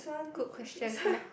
good question some more